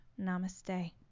Namaste